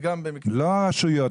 לא הרשויות.